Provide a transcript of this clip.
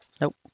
Nope